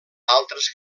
altres